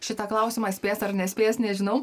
šitą klausimą spės ar nespės nežinau